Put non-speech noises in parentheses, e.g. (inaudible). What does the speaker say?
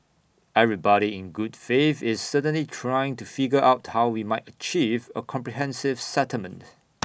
everybody in good faith is certainly trying to figure out how we might achieve A comprehensive settlement (noise)